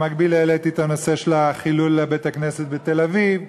במקביל העליתי את הנושא של חילול בית-הכנסת בתל-אביב,